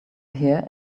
here